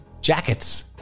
Jackets